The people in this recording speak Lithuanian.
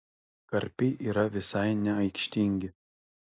karpiai yra visai neaikštingi